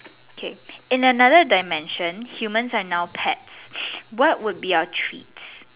okay in another dimension humans are now pets what would be our treats